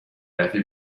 روی